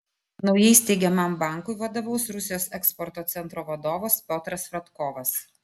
naujai steigiamam bankui vadovaus rusijos eksporto centro vadovas piotras fradkovas